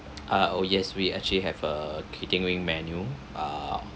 ah oh yes we actually have a catering menu uh